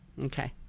Okay